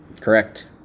Correct